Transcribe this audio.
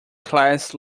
class